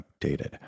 updated